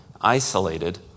isolated